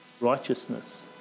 Righteousness